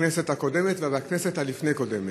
בכנסת הקודמת ובכנסת לפני הקודמת.